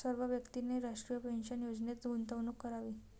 सर्व व्यक्तींनी राष्ट्रीय पेन्शन योजनेत गुंतवणूक करावी